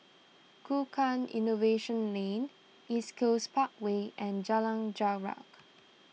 Tukang Innovation Lane East Coast Parkway and Jalan Jarak